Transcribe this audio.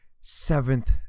seventh